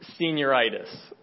senioritis